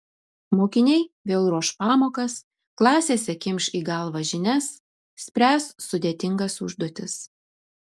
mokiniai vėl ruoš pamokas klasėse kimš į galvą žinias spręs sudėtingas užduotis